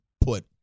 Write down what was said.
put